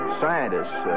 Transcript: scientists